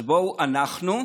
אז בואו אנחנו,